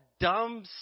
Dumb